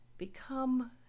become